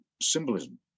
symbolism